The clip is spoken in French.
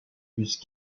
bus